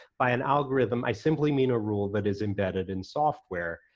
by an algorithm i simply mean a rule that is embedded in software,